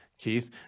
Keith